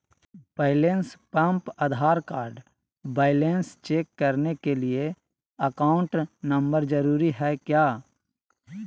Balance pump Aadhaar card balance check करने के लिए अकाउंट नंबर जरूरी है क्या?